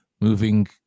moving